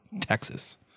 Texas